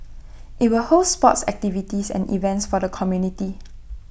IT will host sports activities and events for the community